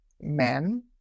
men